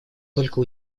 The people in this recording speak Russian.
только